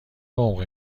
عمقی